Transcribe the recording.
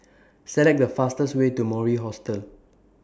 Select The fastest Way to Mori Hostel